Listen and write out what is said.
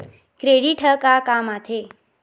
Credit ह का काम आथे?